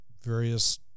various